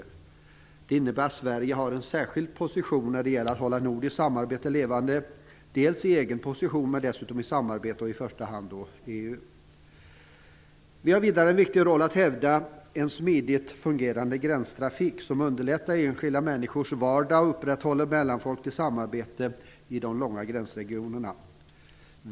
Det innebär att Sverige har en särskild position när det gäller att hålla nordiskt samarbete levande dels i egen position, dels i samarbete. I första hand gäller det då EU. Vidare har vi en viktig roll att hävda när det gäller detta med en smidigt fungerande gränstrafik som underlättar enskilda människors vardag och som upprätthåller mellanfolkligt samarbete i de långa gränsregionerna.